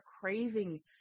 craving